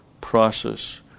process